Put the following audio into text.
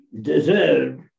deserve